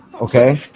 Okay